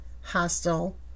hostile